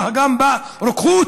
גם ברוקחות,